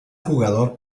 jugador